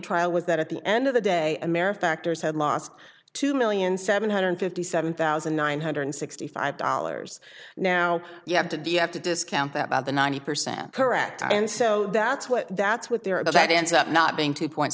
trial was that at the end of the day american actors had lost two million seven hundred fifty seven thousand nine hundred sixty five dollars now you have to do you have to discount that by the ninety percent correct and so that's what that's what they're about that ends up not being two point